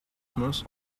most